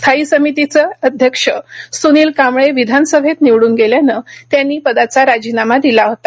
स्थायी समितीचे अध्यक्ष सुनील कांबळे विधानसभेत निवडून गेल्यानं त्यांनी पदाचा राजीनामा दिला होता